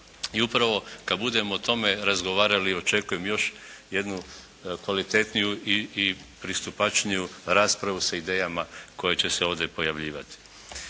I upravo kad budemo o tome razgovarali očekujem još jednu kvalitetniju i pristupačniju raspravu sa idejama koje će se ovdje pojavljivati.